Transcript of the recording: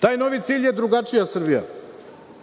Taj novi cilj, je drugačija Srbija,